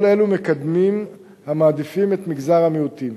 כל אלה מקדמים המעדיפים את מגזר המיעוטים.